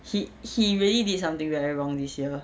he he really did something very wrong this year